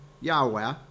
Yahweh